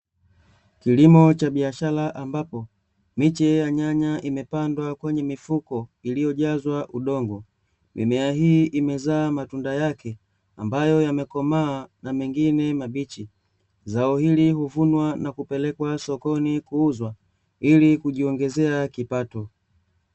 Kilimo cha biashara ambapo miche ya nyanya imepandwa kwenye mifuko iliyojazwa udongo, mimea hii imezaa matunda yake ambayo yamekomaa na mengine mabichi. Zao hili huvunwa na kupelekwa sokoni kuuzwa ili kujiongezea kipato.